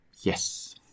Yes